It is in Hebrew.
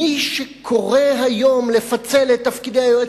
מי שקורא היום לפצל את תפקידי היועץ